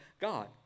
God